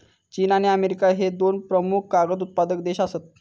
चीन आणि अमेरिका ह्ये दोन प्रमुख कागद उत्पादक देश आसत